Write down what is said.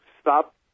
stop